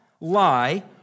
lie